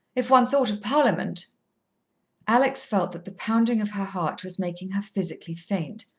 if one thought of parliament alex felt that the pounding of her heart was making her physically faint,